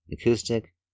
acoustic